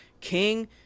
King